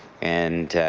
and